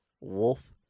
wolf